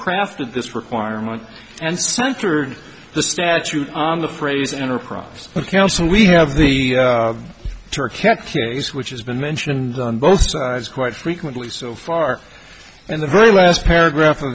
crafted this requirement and centered the statute on the phrase enterprise account so we have the turkana case which has been mentioned on both sides quite frequently so far and the very last paragraph of